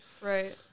Right